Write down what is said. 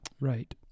Right